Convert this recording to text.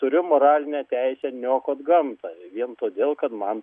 turiu moralinę teisę niokot gamtą vien todėl kad man